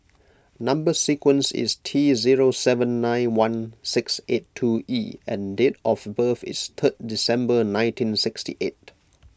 Number Sequence is T zero seven nine one six eight two E and date of birth is third December nineteen sixty eight